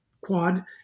quad